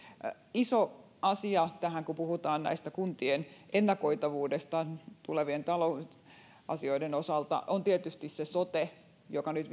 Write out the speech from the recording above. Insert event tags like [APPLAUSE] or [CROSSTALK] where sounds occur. iso asia kun puhutaan tästä kuntien ennakoitavuudesta tulevien talousasioiden osalta on tietysti sote joka nyt [UNINTELLIGIBLE]